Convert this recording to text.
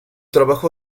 trabajo